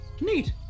Neat